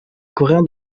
coréen